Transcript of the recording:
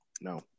No